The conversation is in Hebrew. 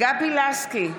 גבי לסקי,